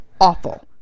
awful